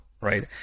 right